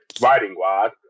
writing-wise